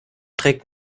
trägt